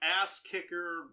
ass-kicker